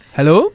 Hello